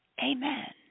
Amen